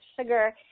sugar